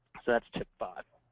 so that's tip five.